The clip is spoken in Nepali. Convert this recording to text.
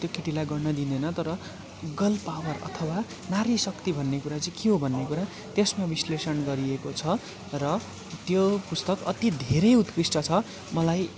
त्यो केटीलाई गर्न दिँदैन तर गर्ल पावर अथवा नारी शक्ति भन्ने कुरा चाहिँ के हो भन्ने कुरा त्यसमा विश्लेषण गरिएको छ र त्यो पुस्तक अति धेरै उत्कृष्ट छ मलाई